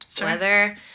weather